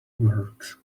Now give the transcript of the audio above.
works